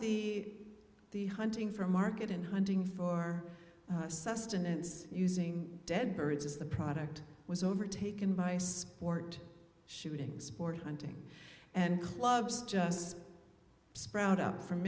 these the hunting for market in hunting for sustenance using dead birds as the product was overtaken by sport shooting sport hunting and clubs just sprout up from